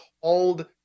called